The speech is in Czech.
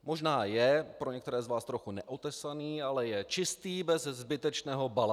Možná je pro některé z vás trochu neotesaný, ale je čistý, bez zbytečného balastu.